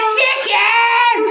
chicken